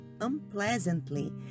unpleasantly